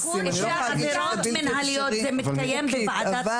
תיקון עבירות מינהליות הוא בוועדת החינוך והספורט?